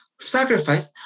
sacrifice